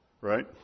right